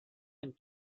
ein